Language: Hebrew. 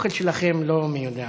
האוכל שלכם לא מי יודע מה.